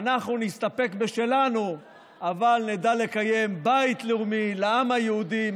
ואנחנו נסתפק בשלנו אבל נדע לקיים בית לאומי לעם היהודי,